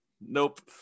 Nope